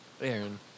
Aaron